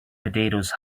potatoes